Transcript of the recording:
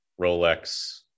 Rolex